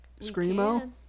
Screamo